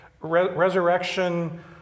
resurrection